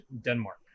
Denmark